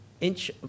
Inch